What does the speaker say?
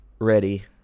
ready